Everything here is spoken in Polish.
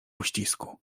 uścisku